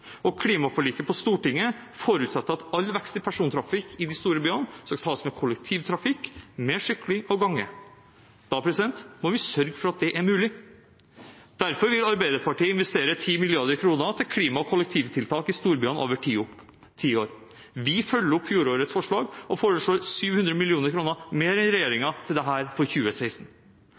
møte. Klimaforliket på Stortinget forutsetter at all vekst i persontrafikk i de store byene skal tas med kollektivtrafikk, mer sykling og gange. Da må vi sørge for at det er mulig. Derfor vil Arbeiderpartiet investere 10 mrd. kr til klima- og kollektivtiltak i storbyene over ti år. Vi følger opp fjorårets forslag og foreslår 700 mill. kr mer enn